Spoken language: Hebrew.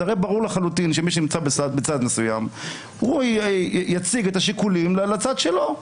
זה הרי ברור לחלוטין שמי שנמצא בצד מסוים יציג את השיקולים לצד שלו.